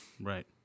Right